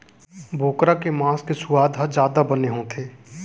बोकरा के मांस के सुवाद ह जादा बने होथे